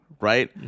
right